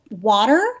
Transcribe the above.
water